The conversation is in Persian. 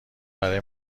برای